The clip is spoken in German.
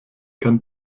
kann